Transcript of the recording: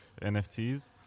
NFTs